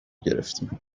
گرفتیم